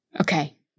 Okay